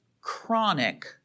chronic